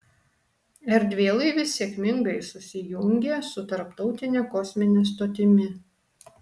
erdvėlaivis sėkmingai susijungė su tarptautine kosmine stotimi